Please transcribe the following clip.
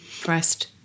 pressed